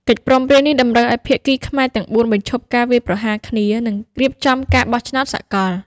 កិច្ចព្រមព្រៀងនេះតម្រូវឱ្យភាគីខ្មែរទាំងបួនបញ្ឈប់ការវាយប្រហារគ្នា និងរៀបចំការបោះឆ្នោតសកល។